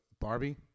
Barbie